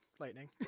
Lightning